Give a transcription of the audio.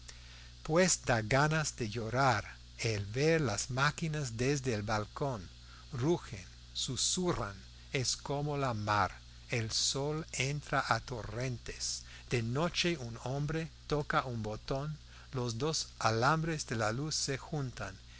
da ganas de llorar el ver las máquinas desde el balcón rugen susurran es como la mar el sol entra a torrentes de noche un hombre toca un botón los dos alambres de la luz se juntan